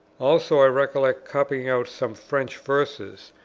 also, i recollect copying out some french verses,